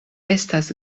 estas